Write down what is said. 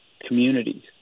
communities